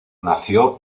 nació